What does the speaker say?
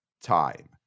time